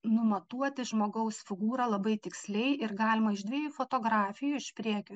numatuoti žmogaus figūrą labai tiksliai ir galima iš dviejų fotografijų iš priekio